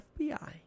FBI